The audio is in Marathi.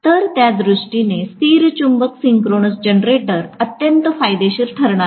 तर त्या दृष्टीने स्थिर चुंबक सिंक्रोनस जनरेटर अत्यंत फायदेशीर आहेत